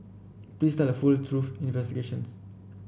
please tell the full truth investigations